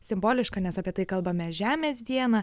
simboliška nes apie tai kalbame žemės dieną